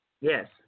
Yes